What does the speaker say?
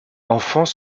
enfants